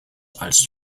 als